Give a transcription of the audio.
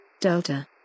Delta